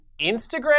Instagram